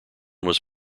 was